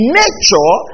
nature